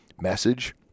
message